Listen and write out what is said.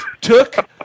took